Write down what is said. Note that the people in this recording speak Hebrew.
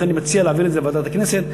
לכן אני מציע להעביר את זה לוועדת הכנסת,